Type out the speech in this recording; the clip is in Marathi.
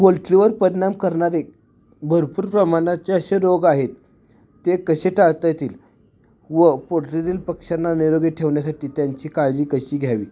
पोल्ट्रीवर पर परिणाम करणारे भरपूर प्रमाणाचे असे रोग आहेत ते कसे टाळता येतील व पोल्ट्रीतील पक्ष्यांना निरोगी ठेवण्यासाठी त्यांची काळजी कशी घ्यावी